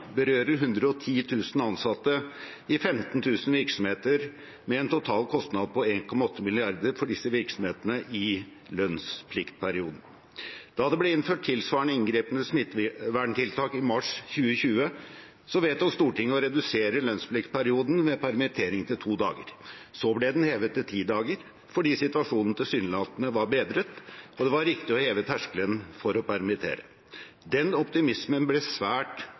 berører 110 000 ansatte i 15 000 virksomheter, med en total kostnad på 1,8 mrd. kr for disse virksomhetene i lønnspliktperioden. Da det ble innført tilsvarende inngripende smitteverntiltak i mars 2020, vedtok Stortinget å redusere lønnspliktperioden ved permittering til to dager. Så ble den hevet til ti dager fordi situasjonen tilsynelatende var bedret og det var riktig å heve terskelen for å permittere. Den optimismen ble svært